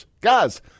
Guys